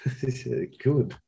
Good